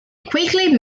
quickly